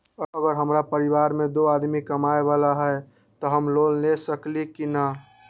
अगर हमरा परिवार में दो आदमी कमाये वाला है त हम लोन ले सकेली की न?